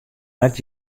net